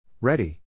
Ready